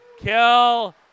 kill